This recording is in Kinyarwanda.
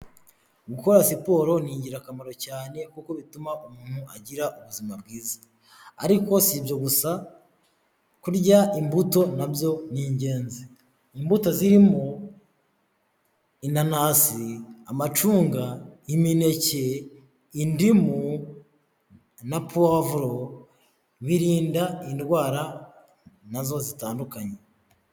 Gukora siporo ni ingirakamaro cyane, kuko bituma umuntu agira ubuzima bwiza. Ariko si ibyo gusa, kurya imbuto na byo ni ingenzi. Imbuto zirimo inanasi, amacunga, imineke, indimu na powavuro birinda indwara na zo zitandukanye.